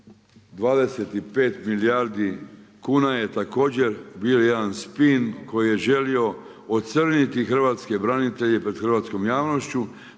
25 milijardi kuna je također bio jedan spin koji je želio ocrniti hrvatske branitelje pred hrvatskom javnošću.